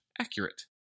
accurate